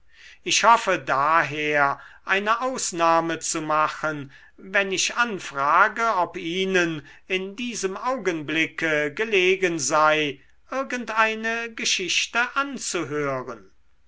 ich hoffe daher eine ausnahme zu machen wenn ich anfrage ob ihnen in diesem augenblicke gelegen sei irgendeine geschichte anzuhören